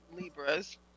Libras